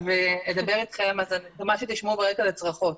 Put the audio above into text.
ואדבר איתכם אז מה שתשמעו ברקע זה צרחות